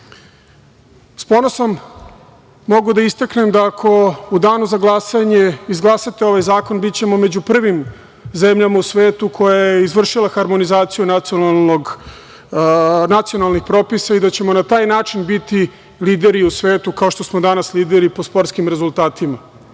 ponosom mogu da istaknem da ako u danu za glasanje izglasate ovaj zakon, bićemo među prvim zemljama u svetu koja je izvršila harmonizaciju nacionalnih propisa i da ćemo na taj način biti lideri u svetu, ako što smo danas lideri po sportskim rezultatima. Mislim